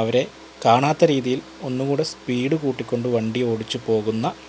അവരെ കാണാത്ത രീതിയിൽ ഒന്നു കൂടെ സ്പീഡ് കൂട്ടി കൊണ്ടു വണ്ടി ഓടിച്ച് പോകുന്ന